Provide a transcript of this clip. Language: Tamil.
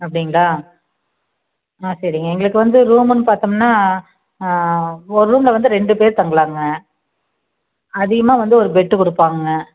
அப்படிங்களா ஆ சரிங்க எங்களுக்கு வந்து ரூமுன்னு பார்த்தம்ன்னா ஒரு ரூமில் வந்து ரெண்டு பேர் தங்கலாங்க அதிகமாக வந்து ஒரு பெட்டு கொடுப்பாங்கங்க